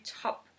top